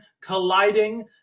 colliding